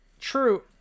True